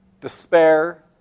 Despair